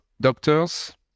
doctors